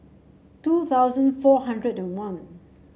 two thousand four hundred and one